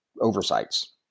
oversights